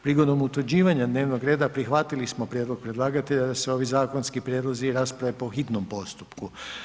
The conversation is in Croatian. Prigodom utvrđivanja dnevnog reda prihvatili smo prijedlog predlagatelja da se ovi zakonski prijedlozi rasprave po hitnom postupku.